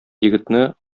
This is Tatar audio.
егетне